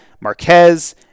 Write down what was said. Marquez